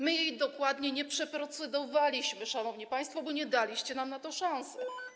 My tego dokładnie nie przeprocedowaliśmy, szanowni państwo, bo nie daliście nam na to szansy.